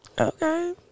okay